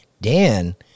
Dan